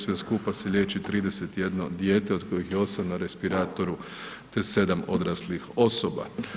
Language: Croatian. Sve skupa se liječi 31 dijete od kojih je 8 na respiratoru te 7 odraslih osoba.